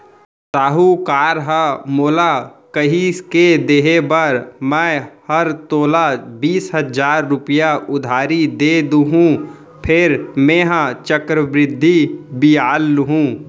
साहूकार ह मोला कहिस के देहे बर मैं हर तोला बीस हजार रूपया उधारी दे देहॅूं फेर मेंहा चक्रबृद्धि बियाल लुहूं